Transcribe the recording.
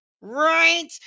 right